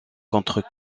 contre